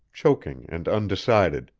choking and undecided,